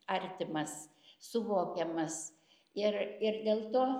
artimas suvokiamas ir ir dėl to